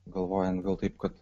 galvojant gal taip kad